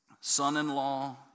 Son-in-law